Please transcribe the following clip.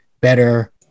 better